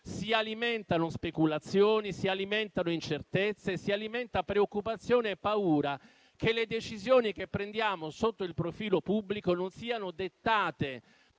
si alimentano speculazioni, incertezze e la preoccupazione e la paura che le decisioni che prendiamo sotto il profilo pubblico non siano dettate